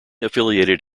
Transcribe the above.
affiliated